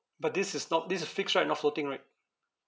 but this is not this is fixed right not floating right